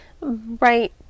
right